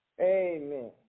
Amen